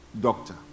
doctor